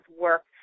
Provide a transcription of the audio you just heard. work